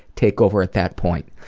take over at that point.